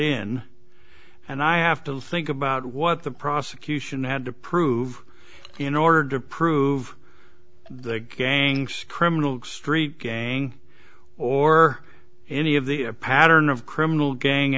in and i have to think about what the prosecution had to prove in order to prove the gangs criminal street gang or any of the pattern of criminal gang